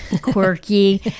quirky